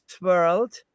world